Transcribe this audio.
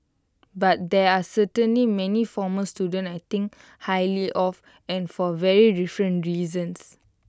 but there are certainly many former students I think highly of and for very different reasons